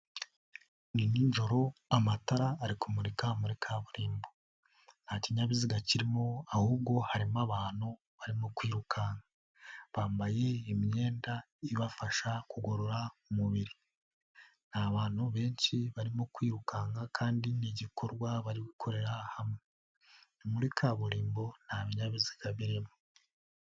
Ni nijoro amatara ari kumurika muri kaburimbo, nta kinyabiziga kirimo ahubwo harimo abantu barimo kwirukanka, bambaye imyenda ibafasha kugorora umubiri ni abantu benshi barimo kwirukanka kandi ni igikorwa bari gukorera hamwe muri kaburimbo nta binyabiziga birimo.